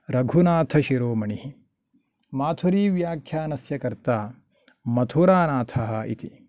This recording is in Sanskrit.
रघुनाथशिरोमनिः माथुरि व्याखानस्य कर्ता मथुरानाथः इति